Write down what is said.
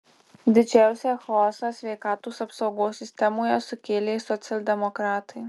didžiausią chaosą sveikatos apsaugos sistemoje sukėlė socialdemokratai